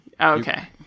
Okay